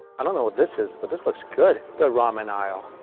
i don't know what this is, but this looks good the ramen aisle,